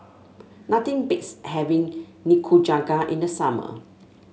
nothing beats having Nikujaga in the summer